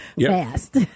fast